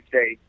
say